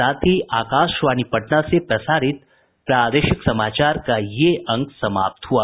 इसके साथ ही आकाशवाणी पटना से प्रसारित प्रादेशिक समाचार का ये अंक समाप्त हुआ